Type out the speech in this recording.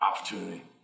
opportunity